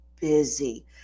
busy